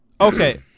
Okay